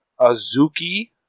Azuki